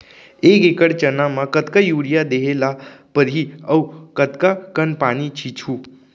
एक एकड़ चना म कतका यूरिया देहे ल परहि अऊ कतका कन पानी छींचहुं?